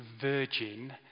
Virgin